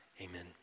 Amen